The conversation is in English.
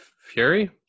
Fury